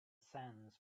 sends